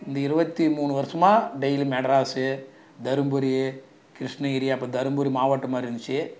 இந்த இருபத்தி மூணு வருஷமாக டெய்லி மெட்ராஸு தருமபுரி கிருஷ்ணகிரி அப்பறம் தருமபுரி மாவட்டமாக இருந்துச்சு